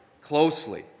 closely